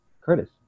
Curtis